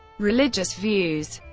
religious views